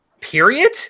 period